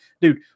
dude